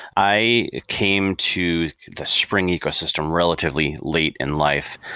i came to the spring ecosystem relatively late in life.